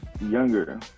younger